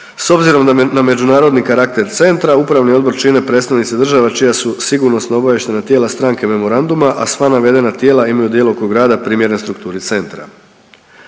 s obzirom na međunarodni karakter centra upravni odbor čine predstavnici država čija su sigurnosno-obavještajna tijela stranke memoranduma, a sva navedena tijela imaju djelokrug rada primjeren strukturi centra.